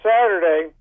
Saturday